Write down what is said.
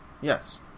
Yes